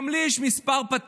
גם לי יש כמה פטנטים,